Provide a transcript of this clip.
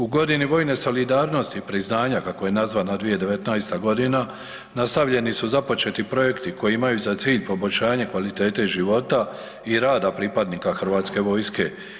U godini vojne solidarnosti priznanja kako je nazvana 2019. godina nastavljeni su započeti projekti koji imaju za cilj poboljšanje kvalitete života i rada pripadnika Hrvatske vojske.